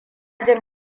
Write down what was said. jin